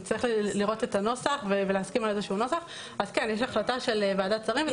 נצטרך לראות את הנוסח ולהסכים עליו יש החלטה של ועדת שרים.